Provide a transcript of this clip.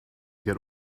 get